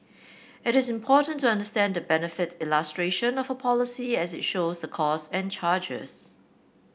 it is important to understand the benefits illustration of a policy as it shows the costs and charges